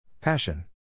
Passion